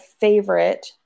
favorite